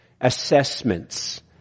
assessments